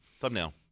Thumbnail